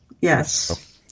yes